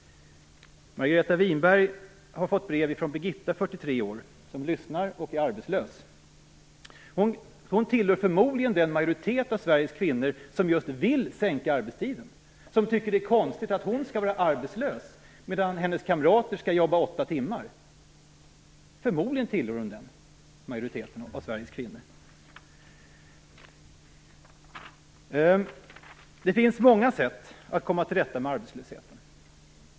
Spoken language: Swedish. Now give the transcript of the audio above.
Margareta Winberg har fått brev från Birgitta 43 år som lyssnar och är arbetslös. Hon hör förmodligen till den majoritet av Sveriges kvinnor som just vill sänka arbetstiden och tycker att det är konstigt att hon skall vara arbetslös medan hennes kamrater skall jobba åtta timmar. Förmodligen hör hon till den majoriteten av Sveriges kvinnor. Det finns många sätt att komma till rätta med arbetslösheten.